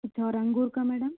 अच्छा और अंगूर का मैडम